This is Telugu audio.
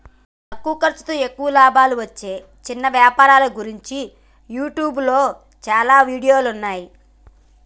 తక్కువ ఖర్సుతో ఎక్కువ లాభాలు వచ్చే చిన్న వ్యాపారాల గురించి యూట్యూబ్లో చాలా వీడియోలున్నయ్యి